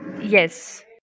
Yes